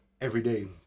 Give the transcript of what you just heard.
everyday